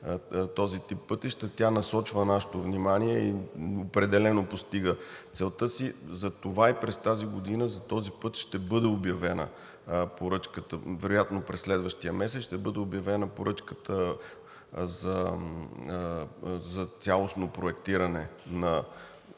този тип пътища. Тя насочва нашето внимание и определено постига целта си. Затова и през тази година за този път ще бъде обявена поръчката, вероятно през следващия месец ще бъде обявена поръчката за цялостно проектиране на